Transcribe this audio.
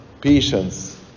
patience